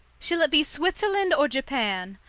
shall it be switzerland or japan?